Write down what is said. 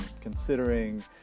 considering